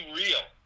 real